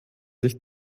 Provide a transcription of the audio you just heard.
sich